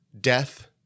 death